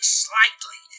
slightly